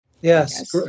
Yes